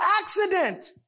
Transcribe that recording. accident